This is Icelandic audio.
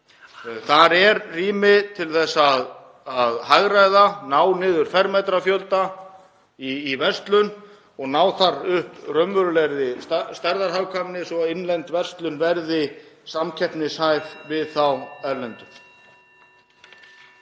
Þar er rými til að hagræða, ná niður fermetrafjölda í verslun og ná upp raunverulegri stærðarhagkvæmni svo að innlend verslun verði samkeppnishæf við þá erlendu.